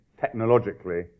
technologically